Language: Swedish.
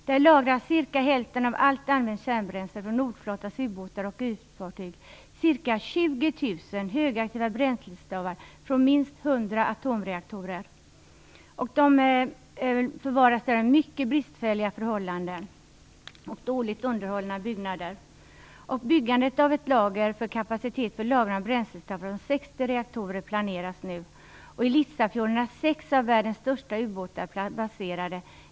Där lagras cirka hälften av allt använt bränsle från nordflottans ubåtar och ytfartyg, dvs. ca 20 000 högaktiva bränslestavar från minst 100 atomreaktorer. Dessa förvaras under mycket bristfälliga förhållanden och i dåligt underhållna byggnader. Byggande av ett lager med kapacitet för lagring av bränslestavar från 60 reaktorer planeras nu. I Litsafjorden är sex av världens största ubåtar baserade.